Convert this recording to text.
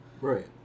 Right